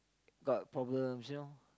got a problem you know